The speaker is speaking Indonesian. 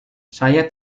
saya